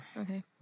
Okay